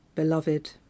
Beloved